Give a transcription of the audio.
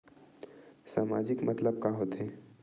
सामाजिक मतलब का होथे?